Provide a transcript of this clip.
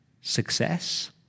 success